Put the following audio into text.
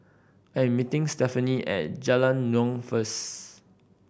I am meeting Stefani at Jalan Naung first